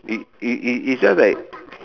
is is is is just that